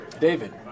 David